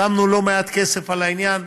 שמנו לא מעט כסף על העניין,